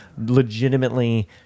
legitimately